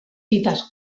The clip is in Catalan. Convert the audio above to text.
fites